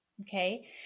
Okay